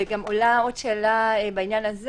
וגם עולה עוד שאלה בעניין הזה